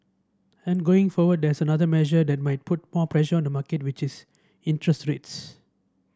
and going forward there is another measure that might put more pressure on the market which is interest rates